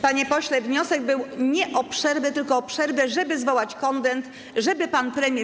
Panie pośle, wniosek był nie o przerwę, tylko o przerwę, żeby zwołać Konwent, żeby pan premier.